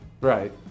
Right